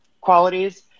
qualities